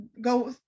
go